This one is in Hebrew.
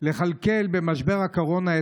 לכלכל את צעדיה במשבר הקורונה,